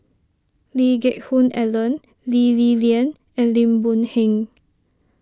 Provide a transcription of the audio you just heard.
Lee Geck Hoon Ellen Lee Li Lian and Lim Boon Heng